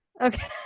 Okay